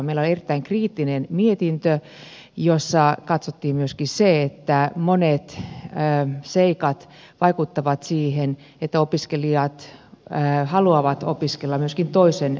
meillä on erittäin kriittinen mietintö jossa katsottiin myöskin että monet seikat vaikuttavat siihen että opiskelijat haluavat opiskella myöskin toisen tutkinnon